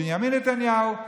בנימין נתניהו,